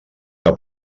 que